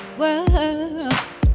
worlds